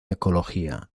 ecología